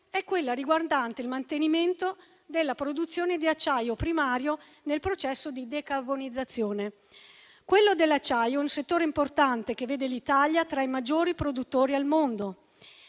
è quella riguardante il mantenimento della produzione di acciaio primario nel processo di decarbonizzazione. Quello dell'acciaio è un settore importante che vede l'Italia tra i maggiori produttori al mondo.